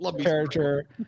character